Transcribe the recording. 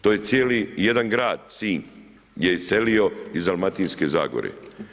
To je cijeli jedan grad Sinj gdje je iselio iz Dalmatinske zagore.